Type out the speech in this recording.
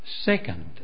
Second